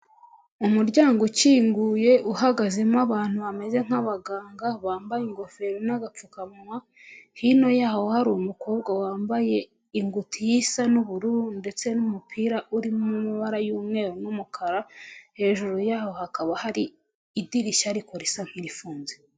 Umuryango ukinguye uhagazemo abantu bameze nk'abaganga bambaye ingofero n'agapfukawa; hino yaho hari umukobwa wambaye ingutiya isa n'ubururu ndetse n'umupira urimo amabara y'umweru n'umukara hejuru yaho hakaba hari idirishya ariko risa nk'irifunze.